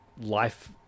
life